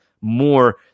more